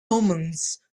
omens